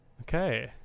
okay